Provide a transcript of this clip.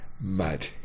Mad